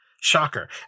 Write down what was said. shocker